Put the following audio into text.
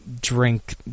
drink